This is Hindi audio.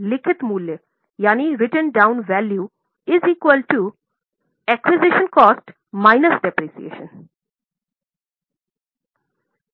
लिखित मूल्य